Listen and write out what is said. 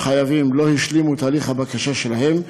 החייבים לא השלימו את הליך הבקשה שלהם,